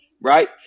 right